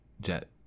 jet